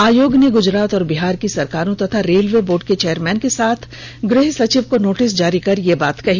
आयोग ने गुजरात और बिहार की सरकारों तथा रेलर्वे बोर्ड के चेयरमैन के साथ साथ गृह सचिव को नोटिस जारी कर यह बात कही